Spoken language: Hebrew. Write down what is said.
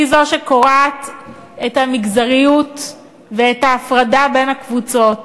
היא שקורעת את המגזריות ואת ההפרדה בין הקבוצות.